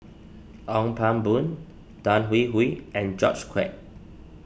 Ong Pang Boon Tan Hwee Hwee and George Quek